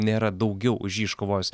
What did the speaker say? nėra daugiau už jį iškovojęs